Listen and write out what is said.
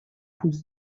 будет